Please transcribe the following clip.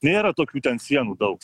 nėra tokių ten sienų daug